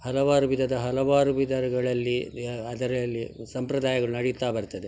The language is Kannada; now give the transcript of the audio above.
ಹಲವಾರು ವಿಧದ ಹಲವಾರು ವಿಧಾನಗಳಲ್ಲಿ ವಿ ಅದರಲ್ಲಿ ಸಂಪ್ರದಾಯಗಳು ನಡಿತಾ ಬರ್ತದೆ